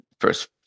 first